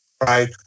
right